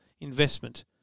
investment